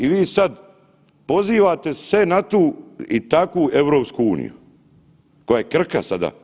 I vi sad, pozivate se na tu i takvu EU koja je krhka sada.